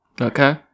Okay